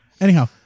Anyhow